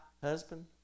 husband